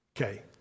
Okay